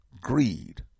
Greed